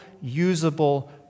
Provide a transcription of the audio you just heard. usable